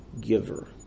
giver